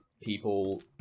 people